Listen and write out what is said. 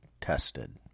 tested